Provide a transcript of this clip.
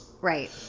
Right